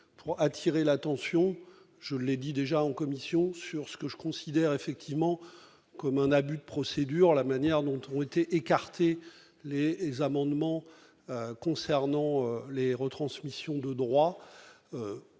pour attirer l'attention, je l'ai dit déjà en commission sur ce que je considère effectivement comme un abus de procédure, la manière dont ont été écartés Les et les amendements concernant les retransmissions de droit